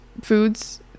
foods